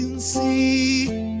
see